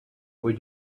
would